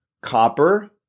copper